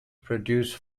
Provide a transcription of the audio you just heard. produce